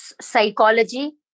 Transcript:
psychology